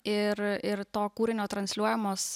ir ir to kūrinio transliuojamos